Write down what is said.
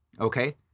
okay